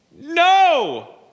No